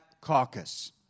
Caucus